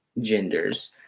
genders